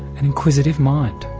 an inquisitive mind.